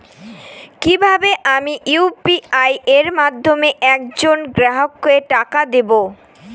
কিভাবে আমি ইউ.পি.আই এর মাধ্যমে এক জন গ্রাহককে টাকা দেবো?